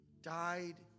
died